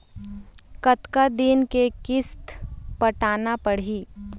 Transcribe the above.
कतका दिन के किस्त पटाना पड़ही?